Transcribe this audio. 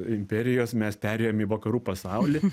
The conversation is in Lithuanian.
imperijos mes perėjom į vakarų pasaulį